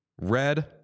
red